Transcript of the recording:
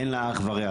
אין לה אח ורע.